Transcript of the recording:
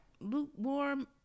Lukewarm